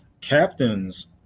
Captains